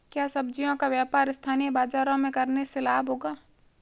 क्या सब्ज़ियों का व्यापार स्थानीय बाज़ारों में करने से लाभ होगा?